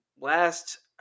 Last